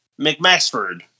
McMaxford